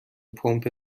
پمپ